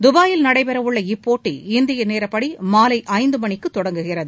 துபாயில் நடைபெறவுள்ள இப்போட்டி இந்திய நேரப்படி மாலை ஐந்து மணிக்கு தொடங்குகிறது